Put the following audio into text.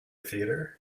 theater